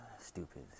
stupid